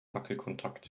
wackelkontakt